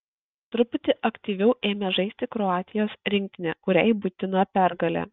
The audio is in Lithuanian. truputį aktyviau ėmė žaisti kroatijos rinktinė kuriai būtina pergalė